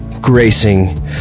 gracing